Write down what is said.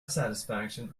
satisfaction